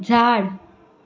झाड